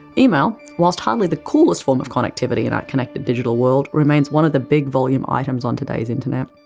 email, whilst hardly the coolest form of connectivity in our connected digital world, remains one of the big volume items on today's internet.